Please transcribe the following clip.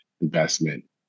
investment